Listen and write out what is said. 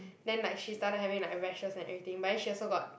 then like she started having like rashes and everything but then she also got